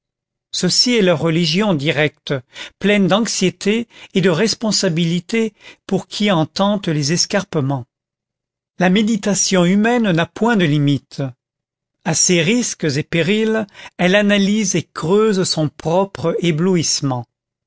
ceci est la religion directe pleine d'anxiété et de responsabilité pour qui en tente les escarpements la méditation humaine n'a point de limite à ses risques et périls elle analyse et creuse son propre éblouissement